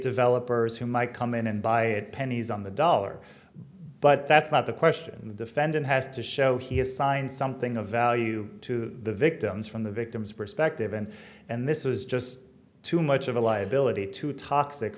developers who might come in and buy pennies on the dollar but that's not the question the defendant has to show he has signed something of value to the victims from the victim's perspective and and this is just too much of a liability too toxic